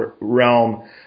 realm